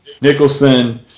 Nicholson